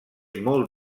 molt